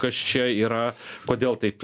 kas čia yra kodėl taip